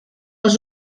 les